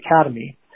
academy